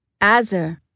Azer